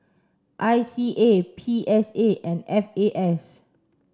I C A P S A and F A S